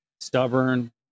stubborn